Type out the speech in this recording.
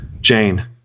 Jane